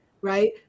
right